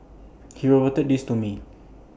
he reported this to me